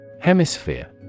Hemisphere